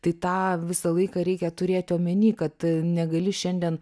tai tą visą laiką reikia turėti omeny kad negali šiandien